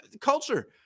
culture